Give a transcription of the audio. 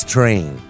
Train